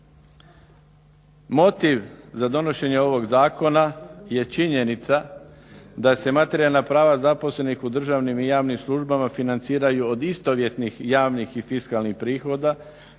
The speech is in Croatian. Motiv za donošenje ovog zakona je činjenica da se materijalna prava zaposlenih u državnim i javnim službama financiraju od istovjetnih javnih i fiskalnih prihoda